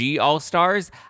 all-stars